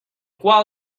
qual